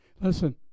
Listen